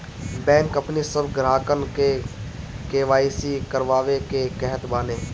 bank अपनी सब ग्राहकन के के.वाई.सी करवावे के कहत बाने